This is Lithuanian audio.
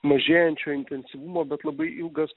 mažėjančio intensyvumo bet labai ilgas